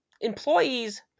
employees